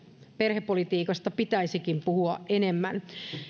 perhepolitiikasta pitäisikin puhua enemmän